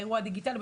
באירוע הדיגיטלי,